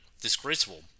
disgraceful